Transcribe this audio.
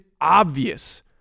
obvious